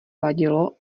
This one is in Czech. vadilo